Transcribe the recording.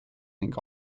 ning